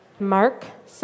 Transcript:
Mark